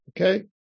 Okay